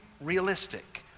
Realistic